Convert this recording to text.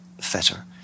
fetter